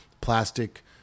plastic